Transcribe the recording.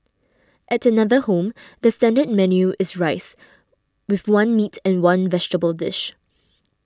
at another home the standard menu is rice with one meat and one vegetable dish